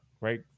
right